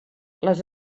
les